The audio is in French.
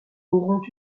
auront